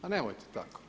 Pa nemojte tako.